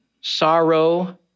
sorrow